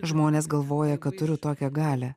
žmonės galvoja kad turiu tokią galią